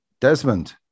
Desmond